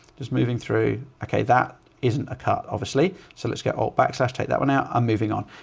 just moving through, okay, that isn't a cut obviously. so let's get off backslash, take that one out. i'm moving on,